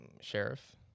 Sheriff